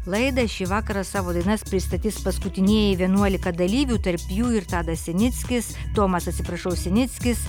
laidą šį vakarą savo dainas pristatys paskutinieji vienuolika dalyvių tarp jų ir tadas sinickis tomas atsiprašau sinickis